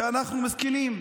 אנחנו מסכנים.